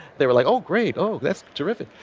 they were like oh great. oh that's terrific.